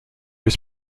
was